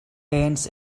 hands